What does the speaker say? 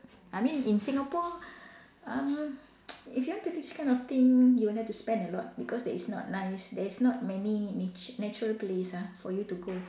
I mean in Singapore uh if you want to do this kind of thing you have to spend a lot because there is not nice there is not many nature natural place ah for you to go